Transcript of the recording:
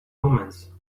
omens